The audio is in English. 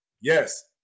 Yes